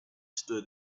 stood